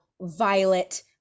Violet